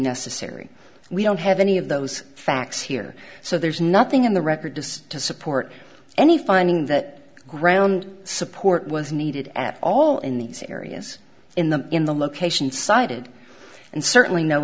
necessary we don't have any of those facts here so there's nothing in the record to support any finding that ground support was needed at all in these areas in the in the location cited and certainly no